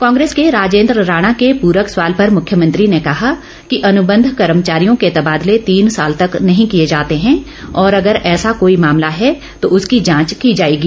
कांग्रेस के राजेंद्र राणा के पूरक सवाल पर मुख्यमंत्री ने कहा कि अनुबंध कर्मचारियों के तबादले तीन साल तक नहीं किए जाते हैं और अगर ऐसा कोई मामला है तो उसकी जांच की जाएगी